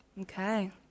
Okay